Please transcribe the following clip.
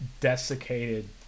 desiccated